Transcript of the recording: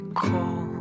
cold